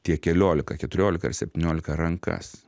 tie keliolika keturiolika ar septyniolika rankas